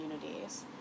communities